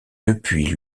depuis